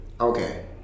okay